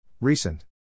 Recent